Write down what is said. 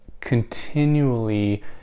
continually